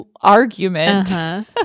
argument